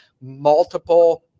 multiple